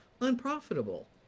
unprofitable